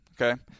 Okay